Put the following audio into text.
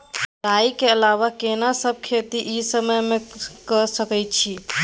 राई के अलावा केना सब खेती इ समय म के सकैछी?